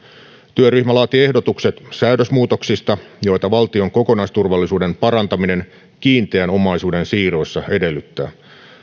työryhmä laati ehdotukset säädösmuutoksista joita valtion kokonaisturvallisuuden parantaminen kiinteän omaisuuden siirroissa edellyttää